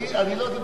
אני לא דיברתי.